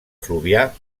fluvià